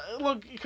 Look